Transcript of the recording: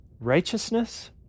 Righteousness